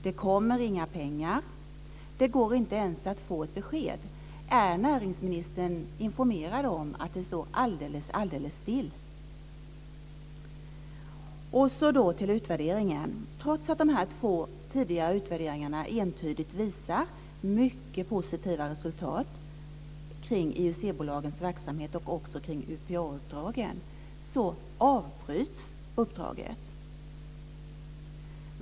Det kommer inga pengar. Det går inte ens att få ett besked. Är näringsministern informerad om att det står alldeles still? Jag går därefter över till utvärderingen. Trots att dessa två tidigare utvärderingar entydigt visar mycket positiva resultat kring IUC-bolagens verksamhet och också kring UPA-uppdragen så avbryts uppdraget.